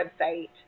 website